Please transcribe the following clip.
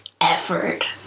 effort